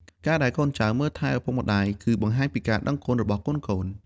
ការដែលកូនចៅមើលថែឪពុកម្តាយ គឺបង្ហាញពីការដឹងគុណរបស់កូនៗ។